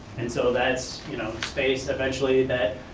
and so that's you know space, eventually that,